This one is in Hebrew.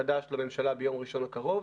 מחדש לממשלה ביום ראשון הקרוב,